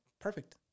perfect